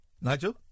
Nigel